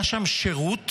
היה שם שירות.